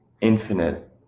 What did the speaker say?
infinite